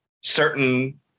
certain